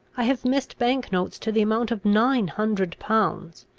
i have missed bank-notes to the amount of nine hundred pounds,